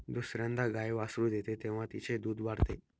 दुसर्यांदा गाय वासरू देते तेव्हा तिचे दूध वाढते